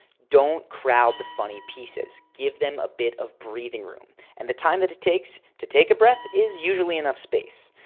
don't crowd the funny pieces. give them a bit of breathing room and the time that it takes to take a breath is usually enough space.